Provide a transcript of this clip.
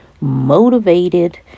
motivated